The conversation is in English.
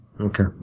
Okay